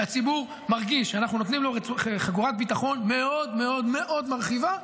והציבור מרגיש שאנחנו נותנים לו חגורת ביטחון מאוד מאוד מאוד מרחיבה.